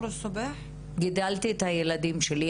אני גידלתי את הילדים שלי.